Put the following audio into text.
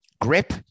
grip